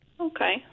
Okay